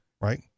right